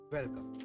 Welcome